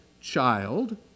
child